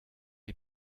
est